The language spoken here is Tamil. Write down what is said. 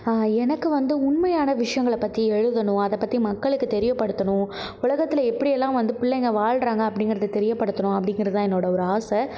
எனக்கு வந்து உண்மையான விஷயங்களை பற்றி எழுதணும் அதைப்பத்தி மக்களுக்கு தெரியப்படுத்தணும் உலகத்தில் எப்படியெல்லாம் வந்து பிள்ளைங்க வாழுறாங்க அப்படிங்குறத தெரியப்படுத்துறோம் அப்படிங்குறதுதான் என்னோட ஒரு ஆசை